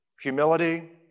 humility